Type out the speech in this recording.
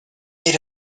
made